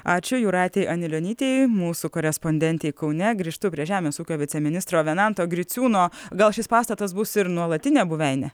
ačiū jūratei anilionytei mūsų korespondentei kaune grįžtu prie žemės ūkio viceministro venanto griciūno gal šis pastatas bus ir nuolatinė buveinė